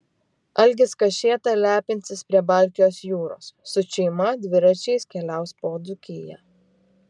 algis kašėta lepinsis prie baltijos jūros su šeima dviračiais keliaus po dzūkiją